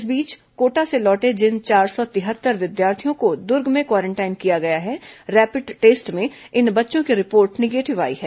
इस बीच कोटा से लौटे जिन चार सौ तिहत्तर विद्यार्थियों को दूर्ग में क्वारेंटाइन किया गया है रैपिड टेस्ट में इन बच्चों की रिपोर्ट निगेटिव आई है